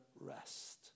rest